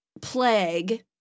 plague